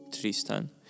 Tristan